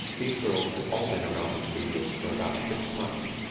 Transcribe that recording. these girls had all been around the studios for about six months,